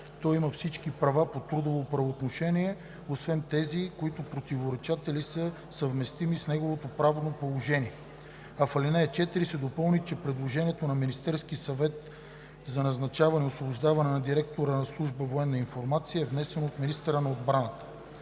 той има всички права по трудово правоотношение освен тези, които противоречат или са несъвместими с неговото правно положение“, а в алинея 4 да се допълни, че предложението на Министерския съвет за назначаване или освобождаване на директора на служба „Военна информация“ е „внесено от Министъра на отбраната“.